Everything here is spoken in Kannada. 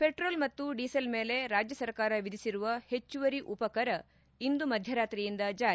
ಪೆಟ್ರೋಲ್ ಮತ್ತು ಡೀಸೆಲ್ ಮೇಲೆ ರಾಜ್ಯ ಸರ್ಕಾರ ವಿಧಿಸಿರುವ ಹೆಚ್ಚುವರಿ ಉಪಕರ ಇಂದು ಮಧ್ಯರಾತ್ರಿಯಿಂದ ಜಾರಿ